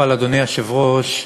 אדוני היושב-ראש,